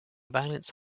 violence